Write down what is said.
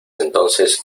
entonces